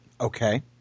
Okay